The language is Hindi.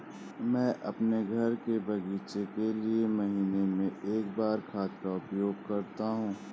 मैं अपने घर के बगीचे के लिए महीने में एक बार खाद का उपयोग करता हूँ